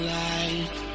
life